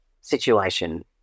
situation